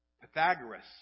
Pythagoras